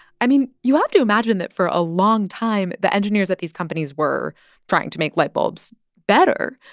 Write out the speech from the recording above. i mean, you have to imagine that for a long time, the engineers at these companies were trying to make light bulbs better.